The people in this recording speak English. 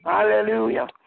Hallelujah